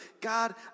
God